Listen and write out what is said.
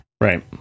Right